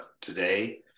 today